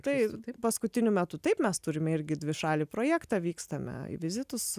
taip tai paskutiniu metu taip mes turime irgi dvišalį projektą vykstame į vizitus